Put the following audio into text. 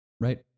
Right